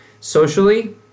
socially